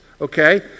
Okay